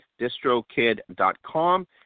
distrokid.com